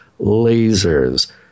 Lasers